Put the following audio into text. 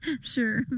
Sure